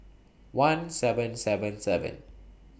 one seven seven seven